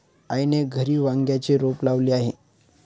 आईने घरी वांग्याचे रोप लावले आहे